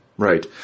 Right